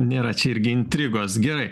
nėra nėra čia irgi intrigos gerai